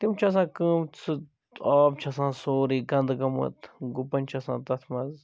تِم چھِ آسان کٲم سُہ آب چھُ آسان سورُے گَنٛدٕ گوٚمُت گُپَن چھِ آسان تتھ مَنٛز